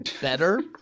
better